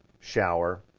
shower,